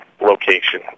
location